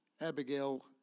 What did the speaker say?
Abigail